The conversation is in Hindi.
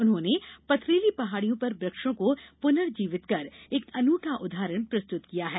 उनहोंने पथरीली पहाड़ियों पर वृक्षों को पुर्नजीवित कर े एक अन्रंठा उदाहरण प्रस्तुत किया है